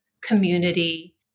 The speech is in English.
community